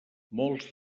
molts